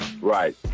Right